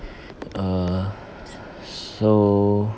err so